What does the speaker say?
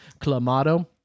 Clamato